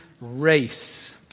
race